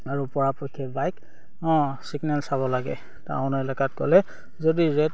আৰু পৰাপক্ষে বাইক অঁ ছিগনেল চাব লাগে টাউন এলেকাত গ'লে যদি ৰেড